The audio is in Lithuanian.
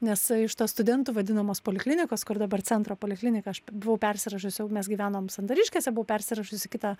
nes iš tos studentų vadinamos poliklinikos kur dabar centro poliklinika aš buvau persirašius jau mes gyvenom santariškėse buvo persirašius į kitą